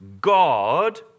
God